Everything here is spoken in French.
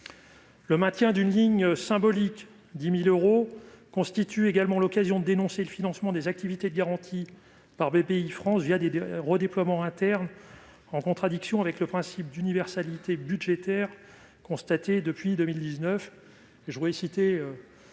le maintien d'une ligne symbolique de 10 000 euros offre aussi l'occasion de dénoncer le financement des activités de garanties par Bpifrance des redéploiements internes, en contradiction avec le principe d'universalité budgétaire. Comme l'indique